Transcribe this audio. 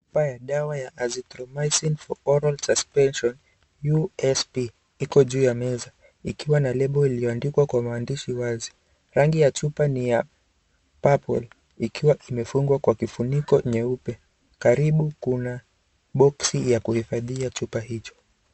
Chupa ya dawa ya azinthromicin for oral suspension usp iko juu ya meza ikiwa na lebo iliyoandikwa kwa maandishi wazi. Rangi ya chupa ni ya purple ikiwa imefungwa kwa kifuniko nyeupe, karibu kuna boksi ya kuhifadhia chupa hicho.